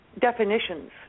definitions